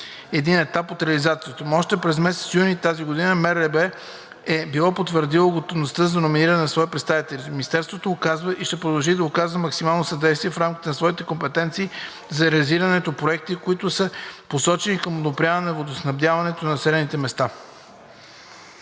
един етап от реализацията му. Още през месец юни тази година МРРБ е било потвърдило готовността за номиниране на свои представители. Министерството оказва и ще продължи да оказва максимално съдействие в рамките на своите компетенции за реализирането проекти, които са насочени към подобряване на водоснабдяването на населените места.